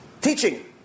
Teaching